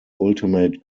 ultimate